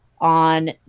on